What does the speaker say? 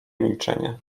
milczenie